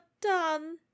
done